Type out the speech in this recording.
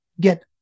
get